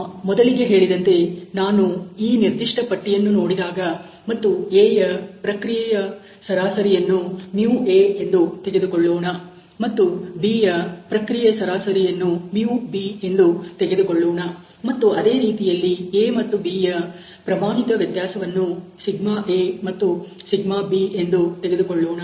ಮೊದಲಿಗೆ ಹೇಳಿದಂತೆ ನಾನು ಈ ನಿರ್ದಿಷ್ಟ ಪಟ್ಟಿಯನ್ನು ನೋಡಿದಾಗ ಮತ್ತು A ಯ ಪ್ರಕ್ರಿಯೆಯ ಸರಾಸರಿಯನ್ನು 'μA' ಎಂದು ತೆಗೆದುಕೊಳ್ಳೋಣ ಮತ್ತು B ಯ ಪ್ರಕ್ರಿಯೆ ಸರಾಸರಿಯನ್ನು 'μB' ಎಂದು ತೆಗೆದುಕೊಳ್ಳೋಣ ಮತ್ತು ಅದೇ ರೀತಿಯಲ್ಲಿ A ಮತ್ತು B ಯ ಪ್ರಮಾಣಿತ ವ್ಯತ್ಯಾಸವನ್ನು σA ಮತ್ತು σB ಎಂದು ತೆಗೆದುಕೊಳ್ಳೋಣ